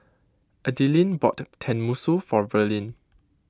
Adilene bought Tenmusu for Verlyn